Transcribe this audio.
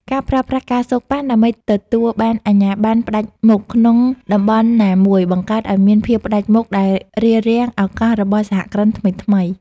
ការប្រើប្រាស់ ការសូកប៉ាន់ ដើម្បីទទួលបានអាជ្ញាបណ្ណផ្ដាច់មុខក្នុងតំបន់ណាមួយ បង្កើតឱ្យមានភាពផ្ដាច់មុខដែលរារាំងឱកាសរបស់សហគ្រិនថ្មីៗ។